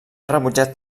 rebutjat